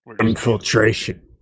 Infiltration